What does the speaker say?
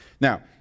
Now